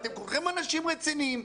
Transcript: אתם כולכם אנשים רציניים,